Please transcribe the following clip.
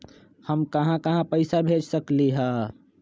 हम कहां कहां पैसा भेज सकली ह?